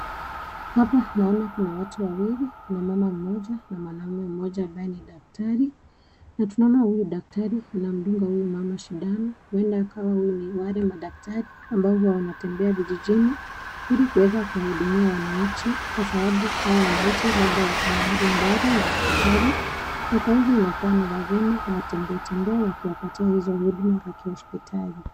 Hapa naona kuna watu wawili, kuna mama mmoja, na mwanaume mmoja ambaye ni daktari. Na tunaona huyu daktari anamdunga huyu mama shindano, huenda akawa huyu ni wale madaktari ambao huwa wanatembea vijijini ili kuweza kuwahudumia wananchi kwa sababu hawa wananchi labda wako mahali mbali na hospitali, na kwa hivyo inakuwa ni lazima watembee tembee, wakiwa patia hizo huduma za kihospitali.